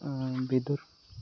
ବିଦ୍ୟୁତ